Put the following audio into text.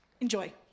enjoy